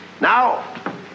Now